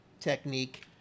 technique